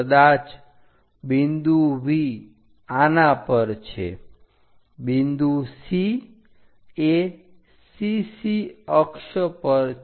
કદાચ બિંદુ V આના પર છે બિંદુ C એ CC અક્ષ પર છે